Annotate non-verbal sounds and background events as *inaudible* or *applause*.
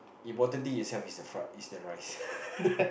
important thing to have is the rice *laughs*